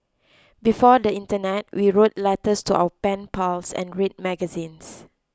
before the internet we wrote letters to our pen pals and read magazines